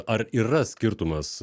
ar yra skirtumas